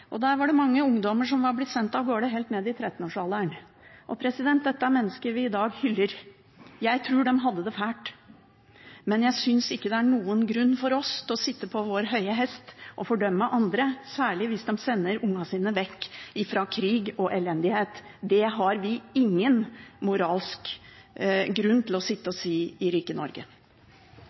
Der var det mange ungdommer, helt ned i 13-årsalderen, som hadde blitt sendt av gårde. Dette er mennesker vi i dag hyller. Jeg tror de hadde det fælt, og jeg synes ikke det er noen grunn for oss til å sitte på vår høye hest og fordømme andre, særlig ikke hvis de sender ungene sine vekk fra krig og elendighet. Det har vi ingen moralsk grunn til å gjøre i rike Norge.